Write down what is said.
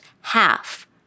half